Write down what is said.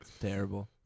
terrible